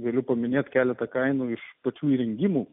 galiu paminėti keletą kainų iš pačių įrengimų